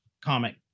comic